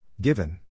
Given